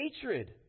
hatred